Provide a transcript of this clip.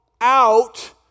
out